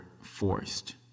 forced